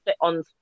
on